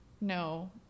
No